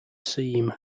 seem